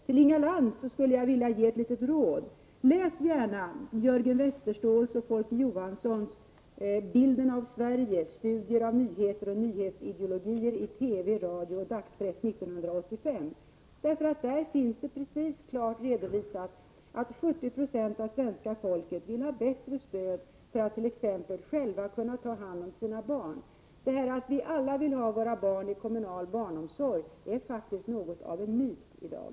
Till Inga Lantz skulle jag vilja ge ett litet råd: Läs gärna Jörgen Westerståhls och Folke Johanssons ”Bilden av Sverige — studier av nyheter och nyhetsideologier i TV, radio och dagspress 1985”. Där finns klart redovisat att 70 20 av svenska folket vill ha bättre stöd för att t.ex. själva kunna ta hand om sina barn. Detta att alla vill ha sina barn i kommunal barnomsorg är faktiskt något av en myt i dag.